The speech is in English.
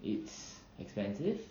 it's expensive